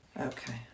Okay